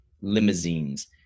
limousines